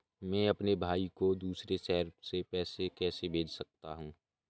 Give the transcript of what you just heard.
मैं अपने भाई को दूसरे शहर से पैसे कैसे भेज सकता हूँ?